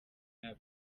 nta